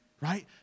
Right